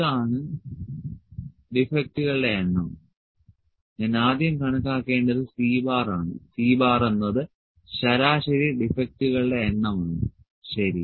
ഇതാണ് ഡിഫെക്ടുകളുടെ എണ്ണം ഞാൻ ആദ്യം കണക്കാക്കേണ്ടത് C ആണ് C എന്നത് ശരാശരി ഡിഫെക്ടുകളുടെ എണ്ണം ആണ് ശരി